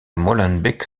molenbeek